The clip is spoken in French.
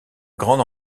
grande